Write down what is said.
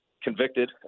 convicted